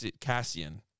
Cassian